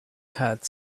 had